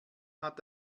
hat